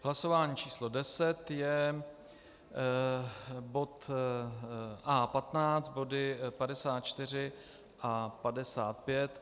Hlasování číslo deset je bod A15, body 54 a 55.